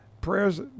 Prayers